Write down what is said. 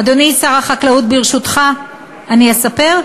אדוני שר החקלאות, ברשותך, אני אספר?